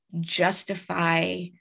justify